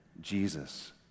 jesus